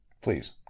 Please